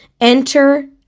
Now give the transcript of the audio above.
Enter